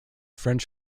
french